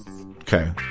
Okay